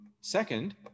Second